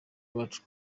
bacu